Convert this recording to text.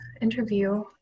interview